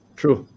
true